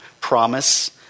promise